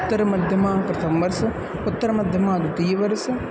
उत्तरमध्यमः प्रथमवर्षः उत्तरमध्यमः द्वितीयवर्षः